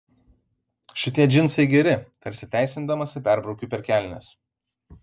šitie džinsai geri tarsi teisindamasi perbraukiu per kelnes